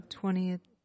twentieth